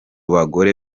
bagore